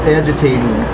agitating